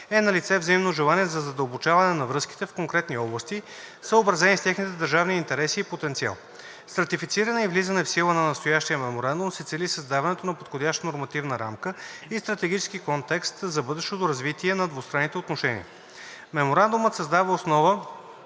е налице взаимно желание за задълбочаване на връзките в конкретни области, съобразени с техните държавни интереси и потенциал. С ратифициране и влизане в сила на настоящия меморандум се цели създаването на подходяща нормативна рамка и стратегически контекст за бъдещо развитие на двустранните отношения. Меморандумът създава основа